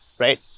Right